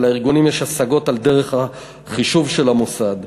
ולארגונים יש השגות על דרך החישוב של המוסד.